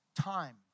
time